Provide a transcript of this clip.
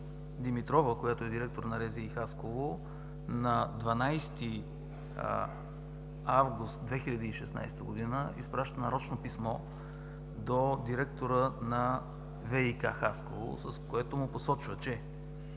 Димитрова, директор на РЗИ –Хасково, на 12 август 2016 г. изпраща нарочно писмо до директора на ВиК – Хасково, с което му посочва, че